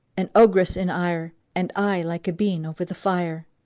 an ogress in ire, and i like a bean over the fire.